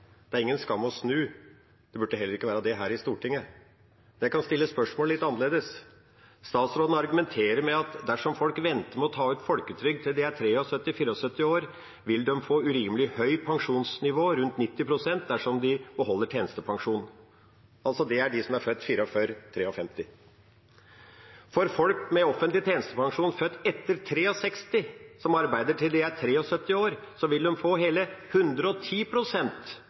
det er ingen skam å snu. Det burde heller ikke være det her i Stortinget. Jeg kan stille spørsmålet litt annerledes: Statsråden argumenterer med at dersom folk venter med å ta ut folketrygd til de er 73–74 år, vil de få urimelig høyt pensjonsnivå – rundt 90 pst. – dersom de beholder tjenestepensjonen. Det er de som er født 1944–1953. Folk med offentlig tjenestepensjon født etter 1963 som arbeider til de er 73 år, vil få hele